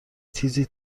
تیزی